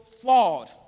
flawed